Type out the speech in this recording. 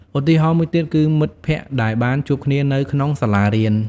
ឧទាហរណ៍មួយទៀតគឺមិត្តភក្តិដែលបានជួបគ្នានៅក្នុងសាលារៀន។